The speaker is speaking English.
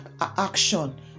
action